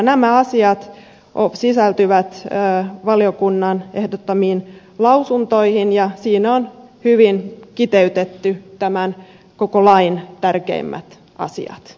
nämä asiat sisältyvät valiokunnan ehdottamiin lausuntoihin ja niissä on hyvin kiteytetty tämän koko lain tärkeimmät asiat